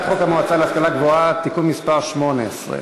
חוק המועצה להשכלה גבוהה (תיקון מס' 18),